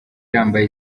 yambaye